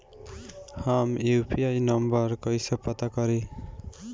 हम UPI number कइसे पता करी?